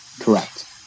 Correct